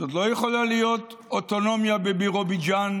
זאת לא יכולה להיות אוטונומיה בבירוביג'אן,